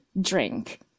Drink